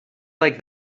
like